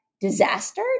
disaster